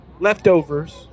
leftovers